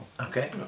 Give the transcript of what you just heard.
Okay